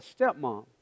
stepmom